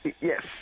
Yes